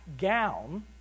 gown